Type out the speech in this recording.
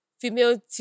female